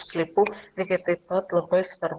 sklypų lygiai taip pat labai svarbu